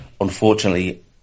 Unfortunately